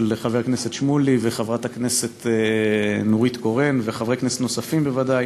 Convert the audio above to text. של חבר הכנסת שמולי וחברת הכנסת נורית קורן וחברי כנסת נוספים בוודאי,